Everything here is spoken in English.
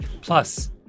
Plus